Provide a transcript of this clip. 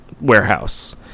warehouse